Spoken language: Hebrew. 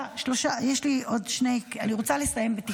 אני רוצה לסיים בתקווה.